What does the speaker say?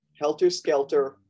helter-skelter